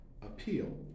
appeal